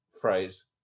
phrase